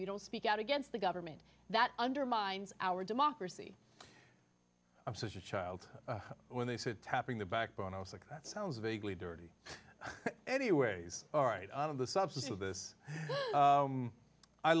you don't speak out against the government that undermines our democracy i'm such a child when they said tapping the backbone i was like that sounds vaguely dirty anyways all right out of the substance of this